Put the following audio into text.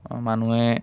মানুহে